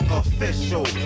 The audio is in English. official